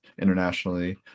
internationally